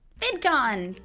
vidcon!